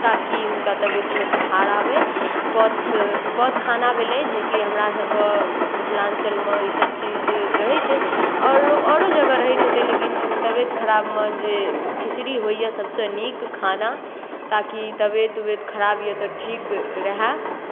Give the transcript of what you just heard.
ताकि हुनका तबियतमे सुधार आबय पथ्य पथ्य खाना भेलै जेकि हमरा सभके मिथिलाञ्चलमे ईसभ चीज रहै छै आओर आओरो जगह रहैत हेतै लेकिन तबियत खराबमे जे खिचड़ी होइए सभसँ नीक खाना ताकि तबियत उबियत खराब यए तऽ ठीक रहए